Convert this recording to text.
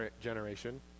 generation